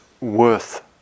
worth